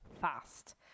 fast